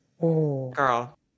Girl